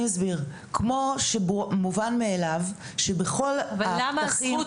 כמו שמובן מאליו שבכל --- אבל למה הזכות